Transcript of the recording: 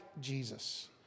Jesus